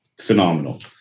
Phenomenal